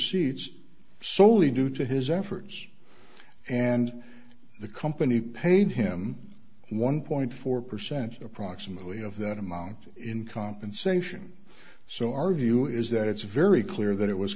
receipts soley due to his efforts and the company paid him one point four percent approximately of that amount in compensation so our view is that it's very clear that it was